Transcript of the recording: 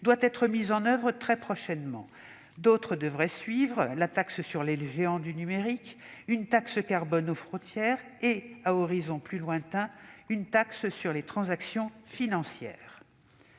doit être mise en oeuvre très prochainement. D'autres devraient suivre : la taxe sur les géants du numérique, une taxe carbone aux frontières et, à horizon plus lointain, une taxe sur les transactions financières.